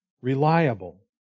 reliable